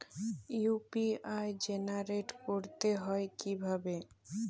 UPI generate করতে হয় কিভাবে?